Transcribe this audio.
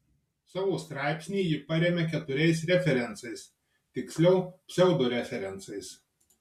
savo straipsnį ji paremia keturiais referencais tiksliau pseudo referencais